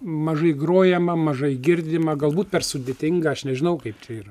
mažai grojama mažai girdima galbūt per sudėtinga aš nežinau kaip čia yra